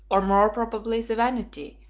or more probably the vanity,